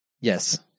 Yes